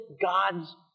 God's